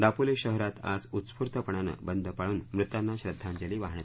दापोली शहरात आज उत्स्फूर्तपणानं बंद पाळून मृतांना श्रद्वांजली वाहण्यात आली